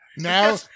Now